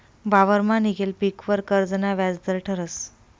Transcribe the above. वावरमा निंघेल पीकवर कर्जना व्याज दर ठरस